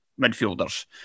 midfielders